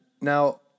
now